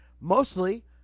mostly